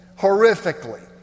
horrifically